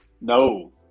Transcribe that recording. No